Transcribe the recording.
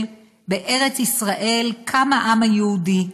"בארץ ישראל קם העם היהודי,